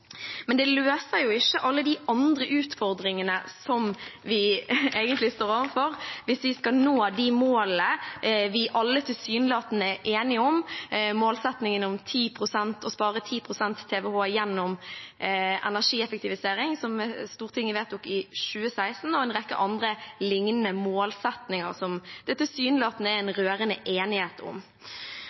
Men det løser ikke alle de andre utfordringene vi egentlig står overfor hvis vi skal nå de målene vi alle tilsynelatende er enige om. Det er målsettingen om å spare 10 TWh gjennom energieffektivisering, som Stortinget vedtok i 2017, og en rekke andre lignende målsettinger som det tilsynelatende er en rørende enighet om.